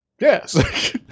Yes